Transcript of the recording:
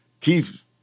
Keith